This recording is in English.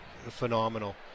phenomenal